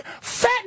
Fat